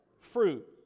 Fruit